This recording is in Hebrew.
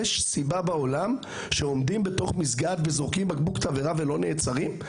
יש סיבה בעולם שעומדים בתוך מסגד וזורקים בקבוק תבערה ולא נעצרים?